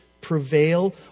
prevail